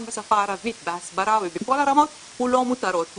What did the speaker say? בשפה הערבית והסברה ובכל הרמות הוא לא מותרות,